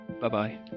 Bye-bye